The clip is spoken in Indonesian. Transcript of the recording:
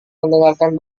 mendengarkan